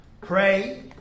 pray